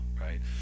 right